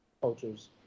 cultures